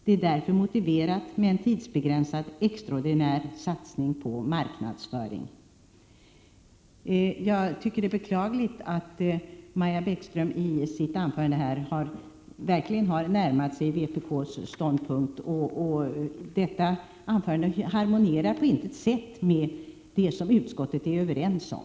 Det är därför motiverat med en tidsbegränsad extraordinär satsning på marknadsföring.” Jag tycker att det är beklagligt att Maja Bäckström i sitt anförande verkligen har närmat sig vpk:s ståndpunkt. Hennes anförande harmonierar på intet sätt med det som utskottet är överens om.